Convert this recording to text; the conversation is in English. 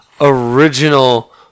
original